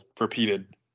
repeated